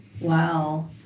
Wow